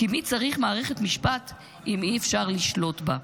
כי מי צריך מערכת משפט אם אי-אפשר לשלוט בה?